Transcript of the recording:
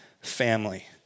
family